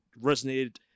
resonated